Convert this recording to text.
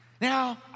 Now